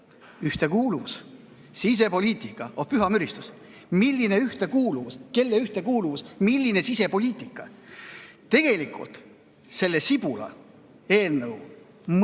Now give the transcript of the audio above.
Ühtekuuluvus, sisepoliitika – oh püha müristus! Milline ühtekuuluvus? Kelle ühtekuuluvus? Milline sisepoliitika? Tegelikult, selle "sibulaeelnõu" mõte